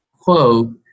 quote